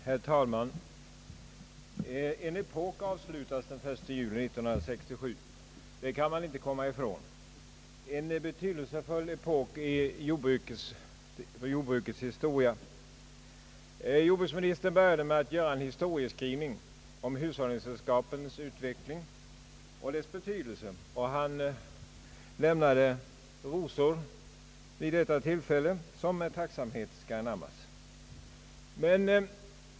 Herr talman! En epok avslutas den 1 juli 1967, det kan man inte komma ifrån — en betydelsefull epok i jordbrukets historia. Jordbruksministern började med att göra en historieskrivning om hushållningssällskapens utveckling och om deras betydelse. Han lämnade rosor vid detta tillfälle som en tacksamhetsgärd.